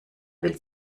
will